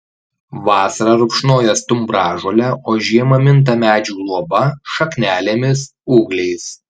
vasarą rupšnoja stumbražolę o žiemą minta medžių luoba šaknelėmis ūgliais